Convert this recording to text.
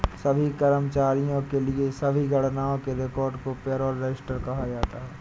सभी कर्मचारियों के लिए सभी गणनाओं के रिकॉर्ड को पेरोल रजिस्टर कहा जाता है